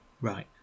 Right